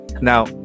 Now